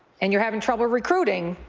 and you're having trouble recruiting,